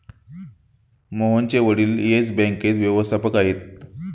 मोहनचे वडील येस बँकेत व्यवस्थापक आहेत